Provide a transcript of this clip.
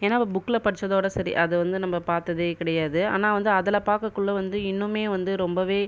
ஏன்னால் அதை புக்கில் படிச்சதோட சரி அதை வந்து நம்ம பார்த்ததே கிடையாது ஆனால் வந்து அதில் பார்க்கக்குள்ள வந்து இன்னுமே வந்து ரொம்பவே